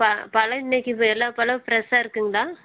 ப பழம் இன்னைக்கி வே எல்லா பழமும் ஃப்ரெஷ்ஷாக இருக்குங்களா